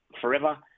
forever